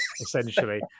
essentially